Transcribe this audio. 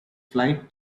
flight